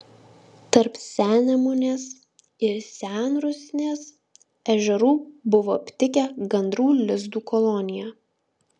tarp sennemunės ir senrusnės ežerų buvo aptikę gandrų lizdų koloniją